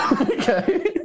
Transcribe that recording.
okay